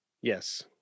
Yes